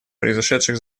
произошедших